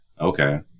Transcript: Okay